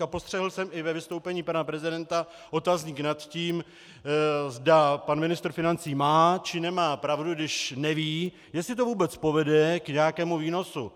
A postřehl jsem i ve vystoupení pana prezidenta otazník nad tím, zda pan ministr financí má, či nemá pravdu, když neví, jestli to vůbec povede k nějakému výnosu.